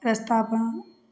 रास्तापर